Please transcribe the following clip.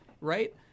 right